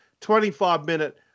25-minute